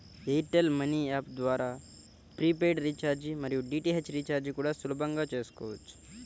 air tell money app ద్వారా prepaid recharge మరియు DTH recharge కూడా సులభంగా చేసుకోవచ్చు